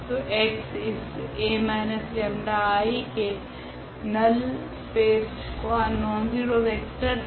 तो x इस 𝐴−𝜆𝐼 के नल null स्पेस का नॉनज़ीरो वेक्टर है